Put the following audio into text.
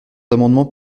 amendements